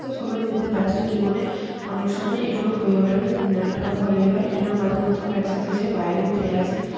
তো সবাই যে যার ব্যস্ত জীবনে অনেক সময়ই এগুলো হয়ে ওঠে না যে ডিনারটা ঘরেই হয় ডিনার মাঝে মধ্যে আমরা একসাথে যাই বাইরেও খেয়ে আসি